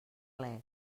leds